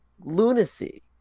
lunacy